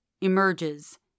emerges